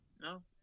No